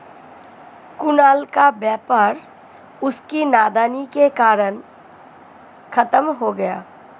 कुणाल का व्यापार उसकी नादानी के कारण खत्म हो गया